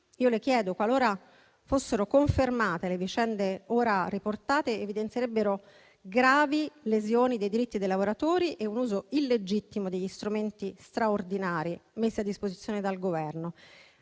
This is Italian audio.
dipendenti. Qualora fossero confermate le vicende ora riportate, esse evidenzierebbero gravi lesioni dei diritti dei lavoratori e un uso illegittimo degli strumenti straordinari messi a disposizione dal Governo.